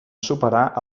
superar